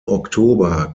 oktober